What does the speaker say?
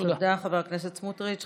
תודה, חבר הכנסת סמוטריץ'.